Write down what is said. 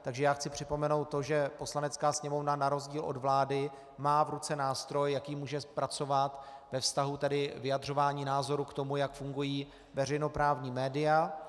Takže já chci připomenout to, že Poslanecká sněmovna na rozdíl od vlády má v ruce nástroj, jakým může pracovat ve vztahu vyjadřování názorů k tomu, jak fungují veřejnoprávní média.